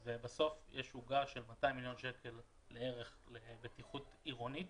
אבל בסוף יש עוגה של כ-200,000 מיליון שקלים לבטיחות עירונית